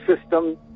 system